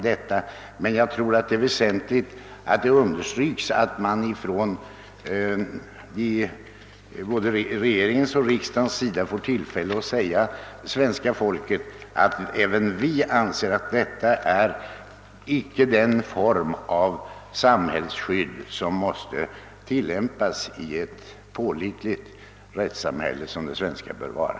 Det är också väsentligt att både regeringen och riksdagen får tillfälle att säga till svenska folket att inte heller vi anser detta vara den form av samhällsskydd som måste tillämpas i ett pålitligt rättssamhälle som det svenska samhället bör vara.